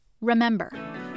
Remember